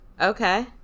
Okay